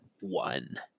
one